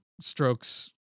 strokes